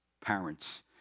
parents